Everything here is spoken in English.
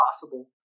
possible